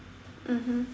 mmhmm